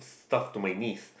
stuff to my niece